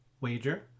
Wager